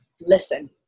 Listen